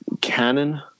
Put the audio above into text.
canon